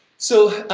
so,